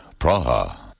Praha